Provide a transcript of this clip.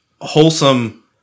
wholesome